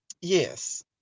Yes